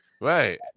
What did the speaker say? Right